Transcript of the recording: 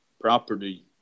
property